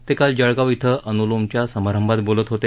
ते काल जळगाव इथं अनुलोमच्या समारंभात बोलत होते